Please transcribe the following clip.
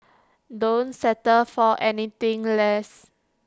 don't settle for anything less